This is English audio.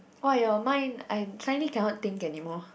!wah! your mind I suddenly cannot think anymore